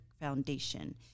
Foundation